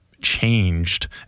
changed